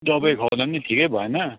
दबाई खुवाउँदा पनि ठिकै भएन